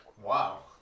Wow